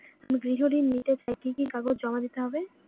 আমি গৃহ ঋণ নিতে চাই কি কি কাগজ জমা করতে হবে?